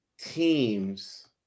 teams